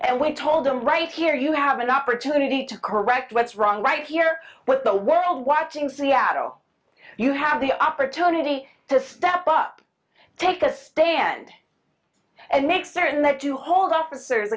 and we're told i'm right here you have an opportunity to correct what's wrong right here with the world watching seattle you have the opportunity to step up take a stand and make certain that to hold officers